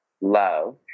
love